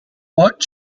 what